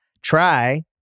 Try